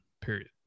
period